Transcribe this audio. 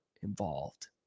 involved